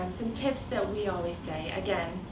um some tips that we always say again,